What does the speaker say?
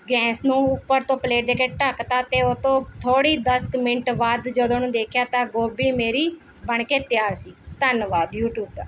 gas ਨੂੰ ਉੱਪਰ ਤੋਂ ਪਲੇਟ ਦੇ ਕੇ ਢੱਕ ਤਾ ਅਤੇ ਉਹ ਤੋਂ ਥੋੜੀ ਦਸ ਕੁ ਮਿੰਟ ਬਾਅਦ ਜਦੋਂ ਉਹਨੂੰ ਦੇਖਿਆ ਤਾਂ ਗੋਭੀ ਮੇਰੀ ਬਣ ਕੇ ਤਿਆਰ ਸੀ ਧੰਨਵਾਦ ਯੂ ਟਿਊਬ ਦਾ